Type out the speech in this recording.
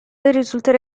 risulterà